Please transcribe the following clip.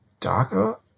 darker